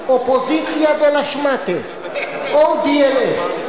"אופוזיציה דה לה-שמאטע" ODLS,